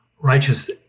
righteous